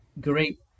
great